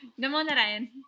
Namonarayan